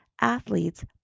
athletes